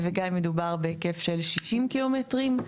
וגם אם מדובר בהיקף של 60 ק"מ.